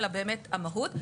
אלא באמת המהות.